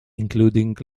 including